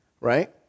right